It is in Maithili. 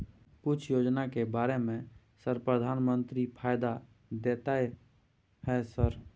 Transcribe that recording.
कुछ योजना के बारे में सर प्रधानमंत्री फायदा देता है सर?